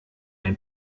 ein